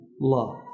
love